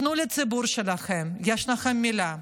תפנו לציבור שלכם, יש לכם מילה.